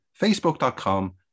facebook.com